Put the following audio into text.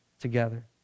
together